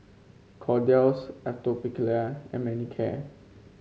Kordel's Atopiclair and Manicare